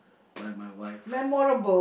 by my wife